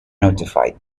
notified